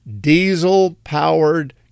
diesel-powered